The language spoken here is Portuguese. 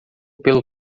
pelo